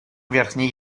верхний